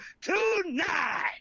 tonight